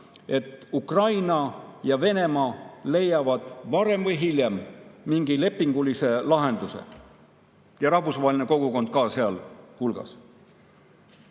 et Ukraina ja Venemaa leiavad varem või hiljem mingi lepingulise lahenduse, ja rahvusvaheline kogukond samuti.